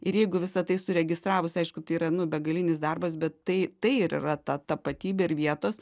ir jeigu visa tai suregistravus aišku tai yra nu begalinis darbas bet tai tai ir yra ta tapatybė ir vietos